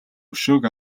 өшөөг